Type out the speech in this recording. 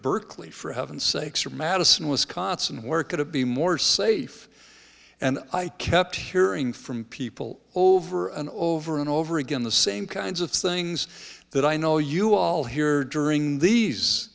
berkeley for heaven's sakes or madison wisconsin worker to be more safe and i kept hearing from people over and over and over again the same kinds of things that i know you all hear during these